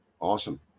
Awesome